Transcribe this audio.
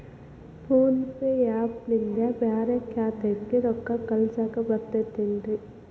Phone pay app ನಿಂದ ಬ್ಯಾರೆ ಖಾತೆಕ್ ರೊಕ್ಕಾ ಕಳಸಾಕ್ ಬರತೈತೇನ್ರೇ?